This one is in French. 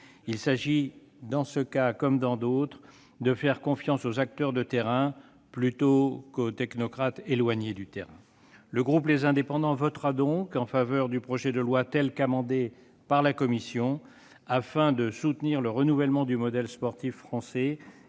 Il s'agit, dans ce cas comme dans d'autres, de faire confiance aux acteurs de terrain plutôt qu'aux technocrates éloignés du terrain. Le groupe Les Indépendants votera donc le projet de loi tel qu'amendé par la commission, afin de soutenir le renouvellement du modèle sportif français